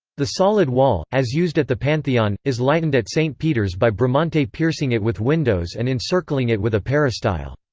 the solid wall, as used at the pantheon, is lightened at st. peter's by bramante piercing it with windows and encircling it with a peristyle.